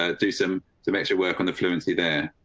ah do some some extra work on the fluency there.